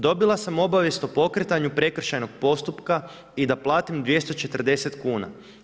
Dobila sam obavijest o pokretanju prekršajnog postupka i da platim 240 kuna.